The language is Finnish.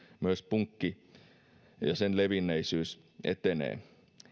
myös punkki ja sen levinneisyys etenee